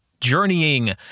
journeying